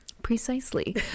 Precisely